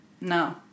No